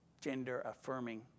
gender-affirming